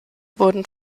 wurden